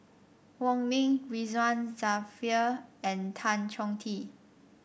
Wong Ming Ridzwan Dzafir and Tan Chong Tee